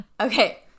Okay